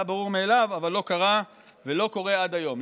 היה ברור מאליו, אבל לא קרה ולא קורה עד היום.